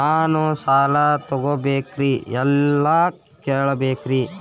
ನಾನು ಸಾಲ ತೊಗೋಬೇಕ್ರಿ ಎಲ್ಲ ಕೇಳಬೇಕ್ರಿ?